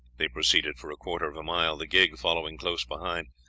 they proceeded for a quarter of a mile, the gig following close behind.